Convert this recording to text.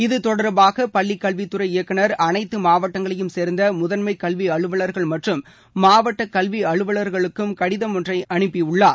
இது தொடர்பாக பள்ளிக் கல்வித்துறை இயக்குநர் அனைத்து மாவட்டங்களையும் சேர்ந்த முதன்மக் கல்வி அலுவலர்கள் மற்றம் மாவட்ட கல்வி அலுவலர்களுக்கும் கடிதம் ஒன்றை அனுப்பியுள்ளார்